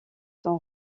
son